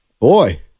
Boy